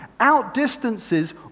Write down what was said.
outdistances